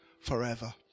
Forever